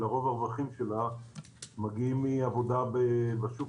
אלא רוב הרווחים שלה מגיעים מעבודה בשוק